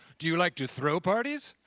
do you like to throw parties?